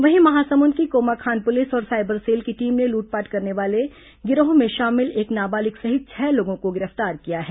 वहीं महासमुंद की कोमाखान पुलिस और साइबर सेल की टीम ने लूटपाट करने वाले गिरोह में शामिल एक नाबालिग सहित छह लोगों को गिरफ्तार किया है